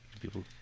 People